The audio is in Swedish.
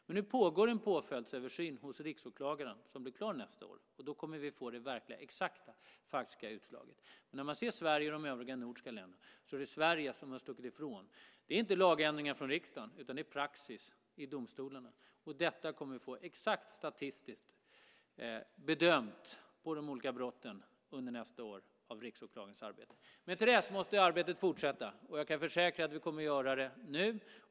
Men nu pågår en påföljdsöversyn hos Riksåklagaren som blir klar nästa år. Då kommer vi att få det verkliga, exakta och faktiska utslaget. Ser man på Sverige och de övriga nordiska länderna är det Sverige som har stuckit ifrån. Det beror inte på lagändringar från riksdagen utan på praxis i domstolarna. Detta kommer vi att få exakt statistiskt bedömt av Riksåklagarens arbete under nästa år när det gäller de olika brotten. Men till dess måste arbetet fortsätta. Jag kan försäkra att vi kommer att göra det nu.